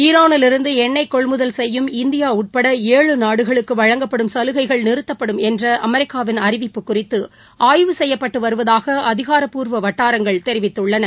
ஈரானிலிருந்து எண்ணெய் கொள்முதல் செய்யும் இந்தியா உட்பட ஏழு நாடுகளுக்கு வழங்கப்படும் சலுகைகள் நிறுத்தப்படும் என்ற அமெரிக்காவின் அறிவிப்பு குறித்து ஆய்வு செய்யப்பட்டு வருவதாக ஆதாரப்பூர்வ வட்டாரங்கள் தெரிவித்துள்ளன